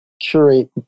curate